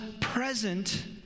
present